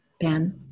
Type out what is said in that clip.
Ben